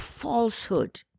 falsehood